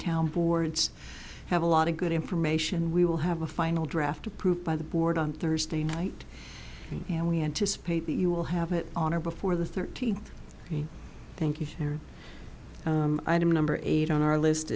town boards have a lot of good information we will have a final draft approved by the board on thursday night and we anticipate that you will have it on or before the thirteenth you think you are item number eight on our list